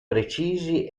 precisi